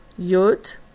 Yud